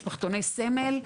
משפחתוני סמל.